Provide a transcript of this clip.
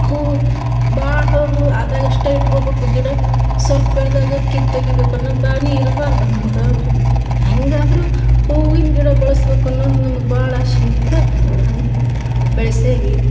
ಹೂವು ಭಾಳ ಹೂ ಆದಾಗ ಅಷ್ಟೇ ಇಟ್ಕೊಬೇಕು ಗಿಡ ಸೊಲ್ಪ ಬೆಳ್ದಾಗ ಕಿತ್ತೊಗಿಬೇಕನ್ನೋದು ಭಾವ್ನೆ ಇರ್ಬಾರ್ದು ನಮ್ಗೆ ಹೆಂಗಾದರು ಹೂವಿನ ಗಿಡ ಬೆಳ್ಸ್ಬೇಕನ್ನೋದು ನಮ್ಗೆ ಭಾಳ ಆಶಿ ಇತ್ತ ಅನ್ ಬೆಳೆಸೇವಿ